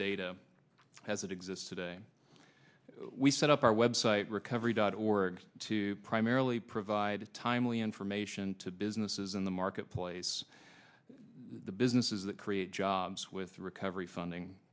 data as it exists today we set up our web site recovery dot org to primarily provide timely information to businesses in the marketplace the businesses that create jobs with the recovery funding